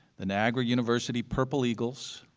the niagara university purple eagles,